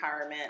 empowerment